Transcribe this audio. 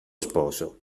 sposo